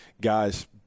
guys –